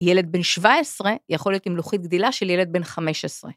ילד בן 17 יכול להיות עם לוחית גדילה של ילד בן 15.